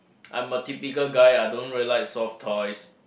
I'm a typical guy I don't really like soft toys